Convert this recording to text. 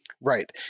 Right